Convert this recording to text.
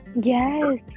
Yes